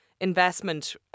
investment